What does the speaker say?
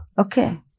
Okay